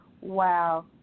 Wow